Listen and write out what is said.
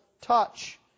touch